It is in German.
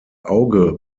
auge